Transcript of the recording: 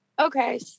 Okay